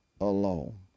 alone